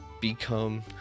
become